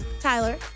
Tyler